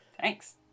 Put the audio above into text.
Thanks